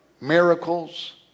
miracles